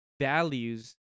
values